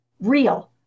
real